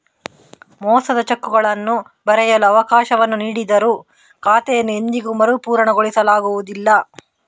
ಮೋಸದ ಚೆಕ್ಗಳನ್ನು ಬರೆಯಲು ಅವಕಾಶವನ್ನು ನೀಡಿದರೂ ಖಾತೆಯನ್ನು ಎಂದಿಗೂ ಮರುಪೂರಣಗೊಳಿಸಲಾಗುವುದಿಲ್ಲ